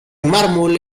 mármol